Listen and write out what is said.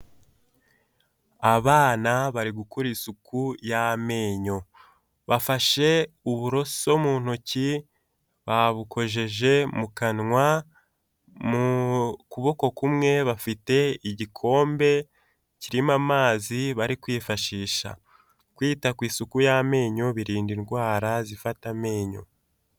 Abana bari gukora isuku y'amenyo, bafashe uburoso mu ntoki babukojeje mu kanwa, mu kuboko kumwe bafite igikombe kirimo amazi bari kwifashisha. Kwita ku isuku y'amenyo birinda indwara zifata amenyo.